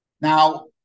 Now